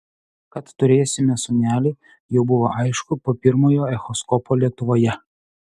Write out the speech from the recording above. kad turėsime sūnelį jau buvo aišku po pirmojo echoskopo lietuvoje